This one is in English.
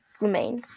remain